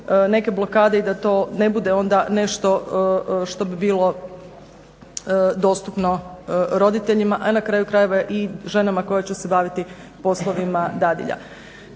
neke blokade i da to ne bude onda nešto što bi bilo dostupno roditeljima, a na kraju krajeva i ženama koje će se baviti poslovima dadilja.